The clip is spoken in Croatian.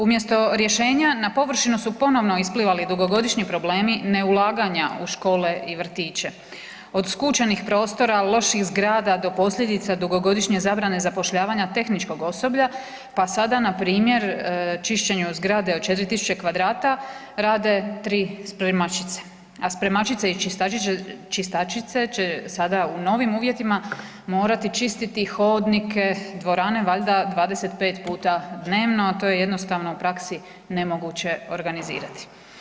Umjesto rješenja na površinu su ponovno isplivali dugogodišnji problemi, neulaganja u škole i vrtiće, od skučenih prostora, loših zgrada do posljedica dugogodišnje zabrane zapošljavanja tehničkog osoblja, pa sada na primjer na čišćenju zgrade od 4.000 kvadrata rade tri spremačice, a spremačice i čistačice će sada u novim uvjetima morati čistiti hodnike, dvorane valjda 25 puta dnevno, a to je jednostavno u praksi nemoguće organizirati.